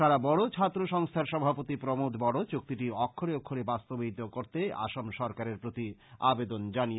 সারা বড়ো ছাত্র সংস্থার সভাপতি প্রমোদ বড়ো চুক্তিটি অক্ষরে অক্ষরে বাস্তবায়িত করতে আসাম সরকারের প্রতি আবেদন জানান